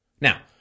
Now